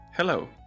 Hello